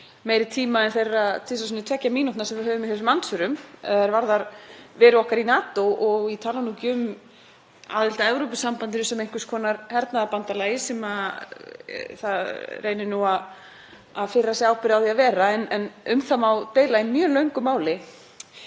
meiri tíma en þeirra tveggja mínútna sem við höfum í þessum andsvörum, þ.e. vera okkar í NATO og ég tala nú ekki um aðild að Evrópusambandinu sem einhvers konar hernaðarbandalagi, sem það reynir nú að firra sig ábyrgð á því að vera. En um það má deila í mjög löngu máli